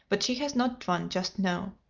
but she has not one just now.